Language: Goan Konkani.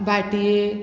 भाटये